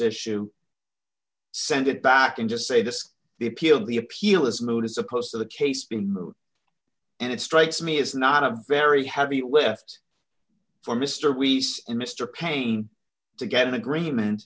issue send it back and just say this the appeal the appeal is moot as opposed to the case being and it strikes me as not a very heavy lift for mr we see in mr payne to get an agreement